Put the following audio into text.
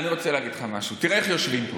אני רוצה להגיד לך משהו: תראה איך יושבים פה.